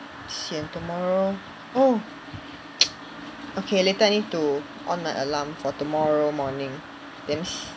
sian tomorrow oh okay later I need to on my alarm for tomorrow morning damn si~